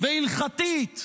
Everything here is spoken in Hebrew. והלכתית